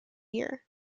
year